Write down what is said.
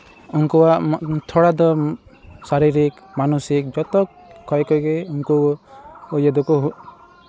ᱩᱱᱠᱩᱣᱟᱜ ᱛᱷᱚᱲᱟ ᱫᱚ ᱥᱟᱨᱤᱨᱤᱠ ᱢᱟᱱᱚᱥᱤᱠ ᱡᱚᱛᱚ ᱚᱠᱚᱭ ᱠᱚᱜᱮ ᱩᱱᱠᱩ ᱤᱭᱟᱹ ᱫᱚᱠᱚ